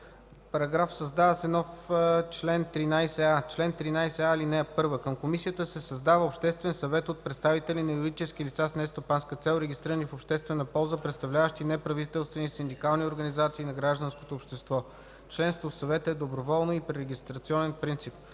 параграф: „§... Създава се нов чл. 13а: „Чл. 13а. (1) Към Комисията се създава Обществен съвет от представители на юридически лица с нестопанска цел, регистрирани в обществена полза, представляващи неправителствени и синдикални организации на гражданското общество. Членството в Съвета е доброволно и при регистрационен принцип.